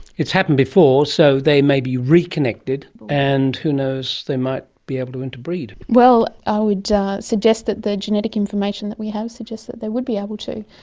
it's happened before, so they may be reconnected and, who knows, they might be able to interbreed. well, i would suggest that the genetic information that we have suggests that they would be able to.